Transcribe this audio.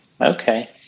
Okay